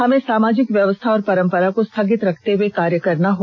हमें सामाजिक व्यवस्था और परंपरा को स्थगित रखते हुए कार्य करना है